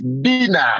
dinner